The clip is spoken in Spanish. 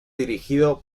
dirigido